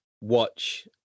watch